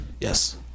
Yes